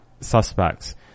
suspects